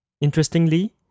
Interestingly